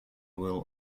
will